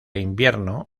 invierno